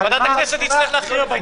ועדת הכנסת תצטרך להכריע בעניין.